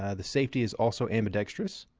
ah the safety is also ambidextrous,